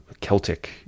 Celtic